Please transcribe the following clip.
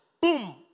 boom